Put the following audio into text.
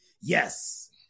Yes